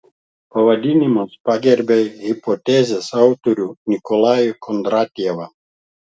pavadinimas pagerbia hipotezės autorių nikolajų kondratjevą